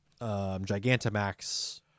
gigantamax